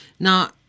Now